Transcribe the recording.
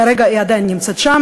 כרגע היא עדיין נמצאת שם.